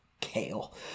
kale